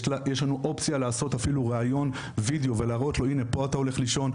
יש לנו אופציה אפילו לעשות ראיון וידאו להראות הנה פה אתה הולך לישון,